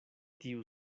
tiu